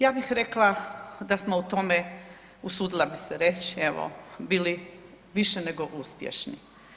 Ja bih rekla da smo u tome, usudila bih se reći evo bili više nego uspješni.